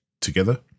together